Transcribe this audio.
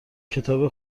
کتاب